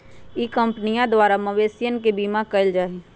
ई कंपनीया द्वारा मवेशियन के बीमा कइल जाहई